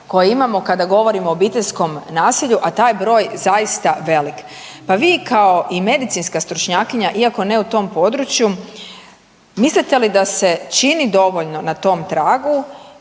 koje imamo kada govorimo o obiteljskom nasilju, a taj je broj zaista velik. Pa vi kao i medicinska stručnjakinja iako ne u tom području, mislite li da se čini dovoljno na tom tragu